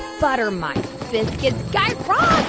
butter my biscuits. guy raz,